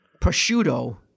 prosciutto